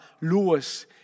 Lewis